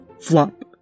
flop